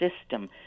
system